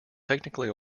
technically